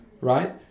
right